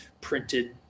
printed